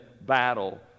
battle